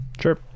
sure